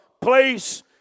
place